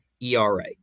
ERA